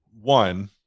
one